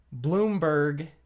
Bloomberg